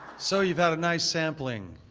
so, you've had a nice sampling.